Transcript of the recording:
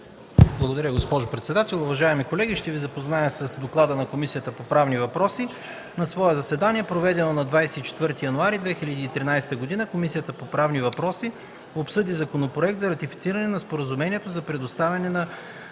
Благодаря, госпожо председател. Уважаеми колеги, ще Ви запозная с „ДОКЛАД на Комисията по правни въпроси На свое заседание, проведено на 24 януари 2013 г., Комисията по правни въпроси обсъди Законопроект за ратифициране на Споразумението за предоставяне на